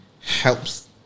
helps